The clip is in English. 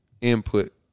input